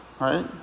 right